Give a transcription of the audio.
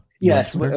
Yes